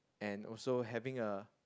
and also having a